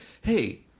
hey